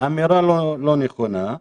אמירה לא נכונה.